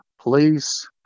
police